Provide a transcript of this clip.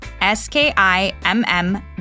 S-K-I-M-M